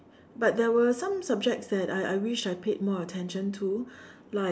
but there were some subjects that I I wish I paid more attention to like